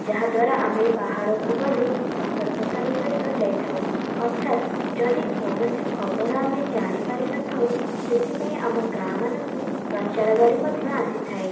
ଯାହାଦ୍ଵାରା ଆମେ ବାହାରକୁ ଗଲେ ସର୍ତକତାର ସହିତ ଯାଇଥାଉ ଅର୍ଥାତ୍ ଯଦି କୌଣସି ଖବର ଆମେ ଜାଣିପାରି ନଥାଉ ସେଥିପାଇଁ ଆମ ଗାଁମାନଙ୍କୁ ପ୍ରଚାର ଗାଡ଼ି ମଧ୍ୟ ଆସିଥାଏ